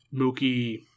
Mookie